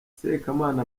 sekamana